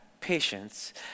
patience